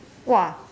!wah!